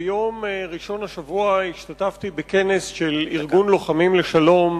ביום ראשון השבוע השתתפתי בכנס של ארגון לוחמים לשלום,